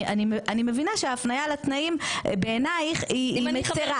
אני מבינה שההפניה לתנאים בעינייך היא מצרה.